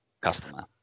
customer